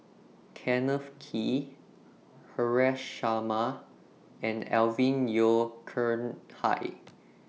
Kenneth Kee Haresh Sharma and Alvin Yeo Khirn Hai